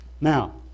Now